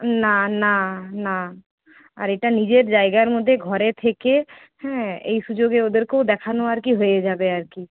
না না না আর এটা নিজের জায়গার মধ্যে ঘরে থেকে এই সুযোগে ওদেরকেও দেখানো আর কি হয়ে যাবে আর কি